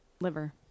liver